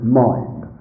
mind